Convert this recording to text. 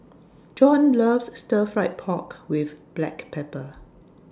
Jon loves Stir Fried Pork with Black Pepper